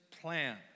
plan